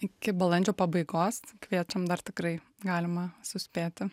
iki balandžio pabaigos kviečiam dar tikrai galima suspėti